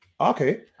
Okay